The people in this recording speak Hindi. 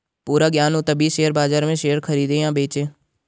पूरा ज्ञान हो तभी शेयर बाजार में शेयर खरीदे या बेचे